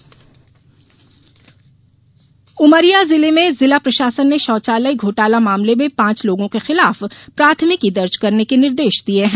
शौचालय घोटाला उमरिया जिले में जिला प्रशासन ने शौचालय घोटाला मामले में पांच लोगों के खिलाफ प्राथमिकी दर्ज करने के निर्देश दिये हैं